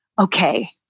okay